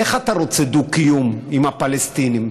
איך אתה רוצה דו-קיום עם הפלסטינים?